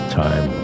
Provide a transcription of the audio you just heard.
time